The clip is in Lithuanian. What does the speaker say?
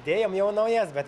dėjom jau naujas bet